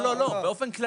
לא, באופן כללי.